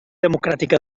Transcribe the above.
democràtica